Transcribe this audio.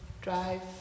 drive